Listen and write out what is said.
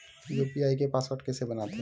UPI के password कइसे बनाथे?